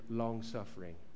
long-suffering